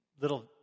little